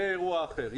זה אירוע אחר.